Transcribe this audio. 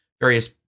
various